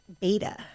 beta